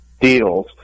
deals